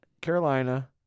Carolina